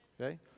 okay